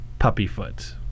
Puppyfoot